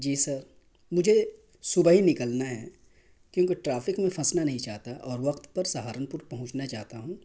جی sir مجھے صبح ہی نکلنا ہے کیونکہ ٹرافک میں پھنسنا نہیں چاہتا اور وقت پر سہارن پور پہنچنا چاہتا ہوں